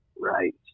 Right